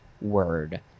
word